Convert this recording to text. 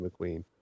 McQueen